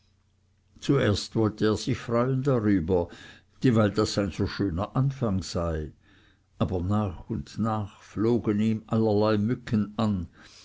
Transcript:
zuerst wollte er sich freuen darüber dieweil das ein so schöner anfang sei aber nach und nach flogen ihn allerlei mücken an